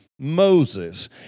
Moses